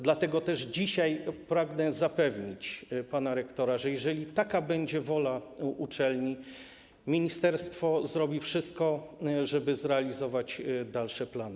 Dlatego też dzisiaj pragnę zapewnić pana rektora, że jeżeli taka będzie wola uczelni, ministerstwo zrobi wszystko, żeby zrealizować dalsze plany.